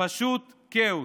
פשוט כאוס.